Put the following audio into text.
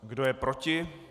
Kdo je proti?